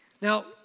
Now